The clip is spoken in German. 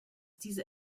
diese